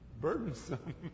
burdensome